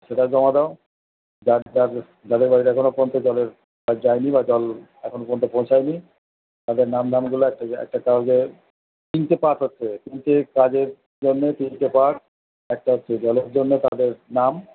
সেটাও জমা দাও যার যার যাদের বাড়িতে এখনও পর্যন্ত জলের পাইপ যায়নি বা জল এখন পর্যন্ত পৌঁছায়নি তাদের নামধামগুলা একটা একটা কাগজে তিনটে পাস আছে তিনটে কাজের জন্য তিনটে পাস একটা হচ্ছে জলের জন্য তাদের নাম